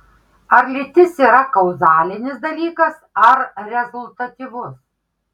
ar lytis yra kauzalinis dalykas ar rezultatyvus